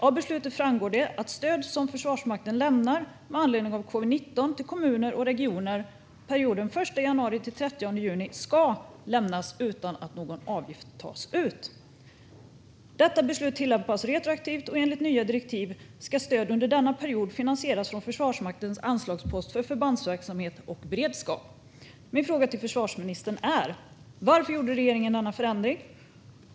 Av beslutet framgår att stöd som Försvarsmakten lämnar med anledning av covid-19 till kommuner och regioner under perioden 1 januari till 30 juni ska lämnas utan att någon avgift tas ut. Detta beslut tillämpas retroaktivt, och enligt nya direktiv ska stöd under denna period finansieras från Försvarsmaktens anslagspost för förbandsverksamhet och beredskap. Min fråga till försvarsministern är: Varför gjorde regeringen denna förändring?